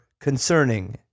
concerning